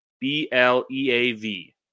B-L-E-A-V